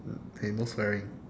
hey no swearing